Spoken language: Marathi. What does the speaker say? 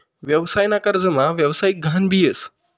व्यवसाय ना कर्जमा व्यवसायिक गहान भी येस